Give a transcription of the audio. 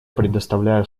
предоставляю